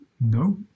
no